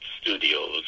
Studios